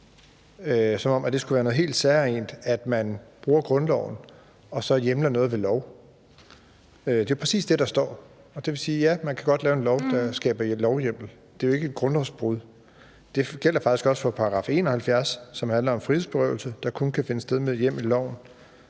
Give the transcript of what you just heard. som om det skulle være noget helt særegent, at man bruger grundloven og så hjemler noget ved lov. Det er præcis det, der står. Og det vil sige, at, ja, man kan godt lave en lov, der skaber lovhjemmel. Det er jo ikke et grundlovsbrud, og det gælder faktisk også for § 71, som handler om frihedsberøvelse, der kun kan finde sted med hjemmel i loven.